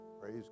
Praise